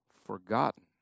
forgotten